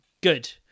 good